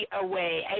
away